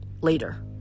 Later